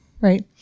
Right